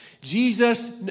Jesus